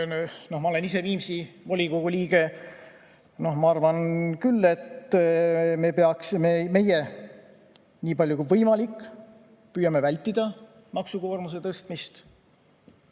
Ma olen ise Viimsi volikogu liige ja arvan küll, et meie püüame nii palju kui võimalik vältida maksukoormuse tõstmist.